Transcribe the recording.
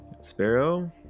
Sparrow